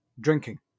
drinking